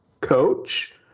coach